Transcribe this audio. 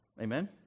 Amen